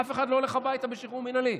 אף אחד לא הולך הביתה בשחרור מינהלי.